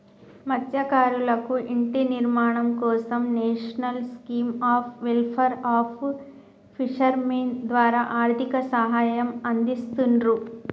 మత్స్యకారులకు ఇంటి నిర్మాణం కోసం national scheme of welfare of fishermen ద్వారా ఆర్థిక సహాయం అందిస్తున్రు